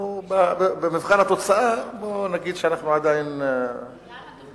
במבחן התוצאה, בוא נגיד שאנחנו עדיין, למה?